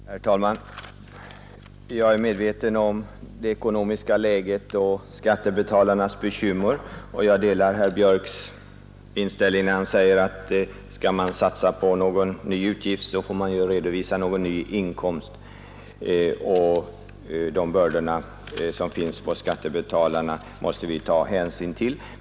Herr talman! Jag är medveten om det ekonomiska läget och skattebetalarnas bekymmer, och jag delar herr Björks i Göteborg inställning, att skall man satsa på någon ny utgift får man redovisa någon ny inkomst och att de bördor som finns på skattebetalarna måste vi ta hänsyn till.